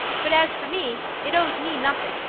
but as for me, it owes me nothing,